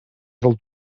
del